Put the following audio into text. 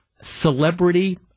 celebrity